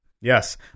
Yes